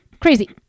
Crazy